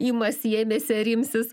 imasi ėmėsi ar imsis